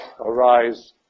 arise